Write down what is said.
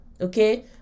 Okay